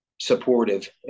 Supportive